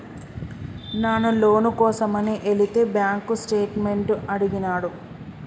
నాను లోను కోసమని ఎలితే బాంక్ స్టేట్మెంట్ అడిగినాడు